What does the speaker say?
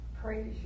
Praise